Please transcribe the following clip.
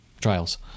trials